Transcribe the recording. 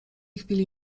chwili